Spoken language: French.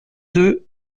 deux